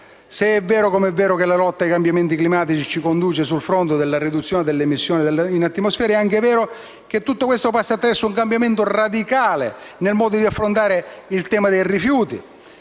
Se è vero, com'è vero, che la lotta ai cambiamenti climatici si conduce sul fronte della riduzione delle emissioni in atmosfera, è anche vero che tutto questo passa attraverso un cambiamento radicale nel modo di affrontare il tema dei rifiuti